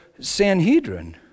Sanhedrin